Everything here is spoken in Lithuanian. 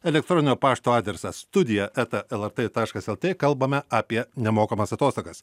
elektroninio pašto adresas studija eta lrt taškas lt kalbame apie nemokamas atostogas